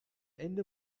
ende